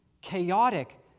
chaotic